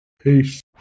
peace